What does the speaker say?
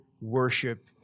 worship